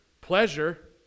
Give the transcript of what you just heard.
pleasure